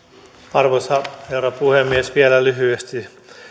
arvoisa herra puhemies vielä lyhyesti